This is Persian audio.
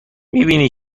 میبینی